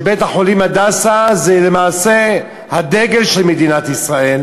שכן בית-החולים "הדסה" הוא למעשה הדגל של מדינת ישראל,